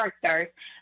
characters